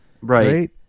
Right